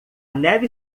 neve